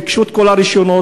ביקשו את כל הרישיונות,